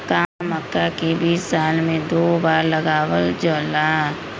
का मक्का के बीज साल में दो बार लगावल जला?